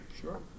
Sure